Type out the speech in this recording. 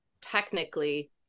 technically